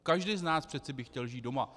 Každý z nás přece by chtěl žít doma.